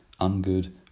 ungood